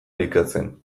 elikatzen